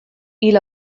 hil